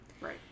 Right